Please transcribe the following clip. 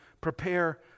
prepare